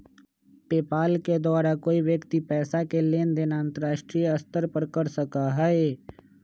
PayPal के द्वारा कोई व्यक्ति पैसा के लेन देन अंतर्राष्ट्रीय स्तर पर कर सका हई